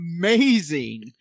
amazing